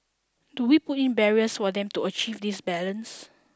do we put in barriers for them to achieve this balance